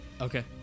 Okay